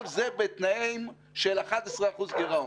כל זה בתנאים של 11% גירעון.